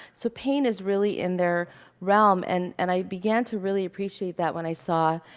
so pain is really in their realm. and and i began to really appreciate that when i saw,